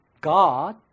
God